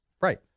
right